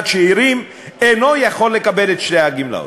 שאירים אינו יכול לקבל את שתי הגמלאות,